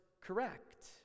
correct